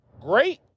Great